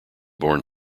born